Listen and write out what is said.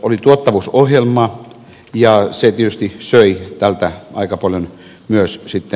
oli tuottavuusohjelma ja se tietysti söi tältä aika paljon rahaa